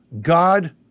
God